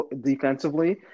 defensively